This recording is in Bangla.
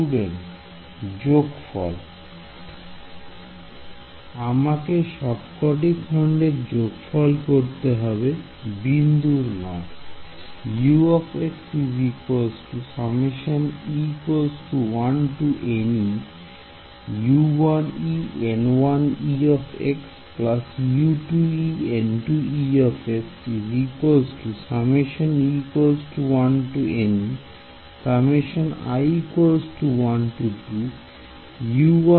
Student যোগফল আমাকে সবকটি খন্ডের যোগফল করতে হবে বিন্দুর নয়